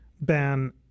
ban